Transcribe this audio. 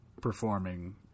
performing